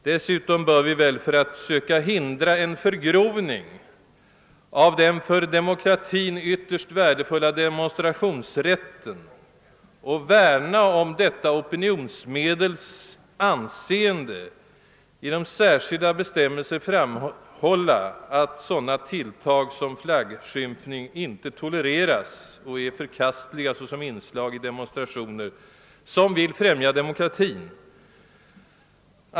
Dessutom bör vi väl, för att söka hindra en förgrovning av tillämpningen av den för demokratin ytterst värdefulla demonstrationsrätten och värna om detta opinionsmedels anseende, genom särskilda bestämmelser klart ange, att sådana tilltag som flaggskymfning inte tolereras utan är förkastliga såsom inslag i demonstrationer, som vill främja demokratin.